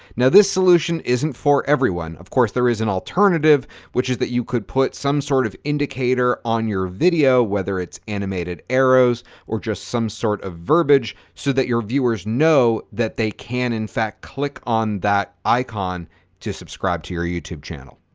now this solution isn't for everyone. of course, there is an alternative which is that you could put some sort of indicator on your video, whether it's animated arrows or just some sort of verbiage, so that your viewers know that they can in fact click on that icon to subscribe to your youtube channel.